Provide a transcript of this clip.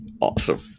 Awesome